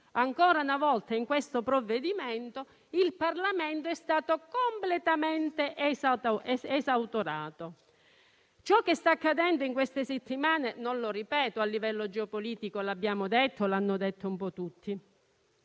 Ancora una volta, anche in questo provvedimento, il Parlamento è stato completamente esautorato. Ciò che sta accadendo in queste settimane non lo ripeto; a livello geopolitico l'abbiamo detto e l'hanno ribadito un po' tutti.